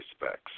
respects